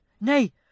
Nay